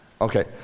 Okay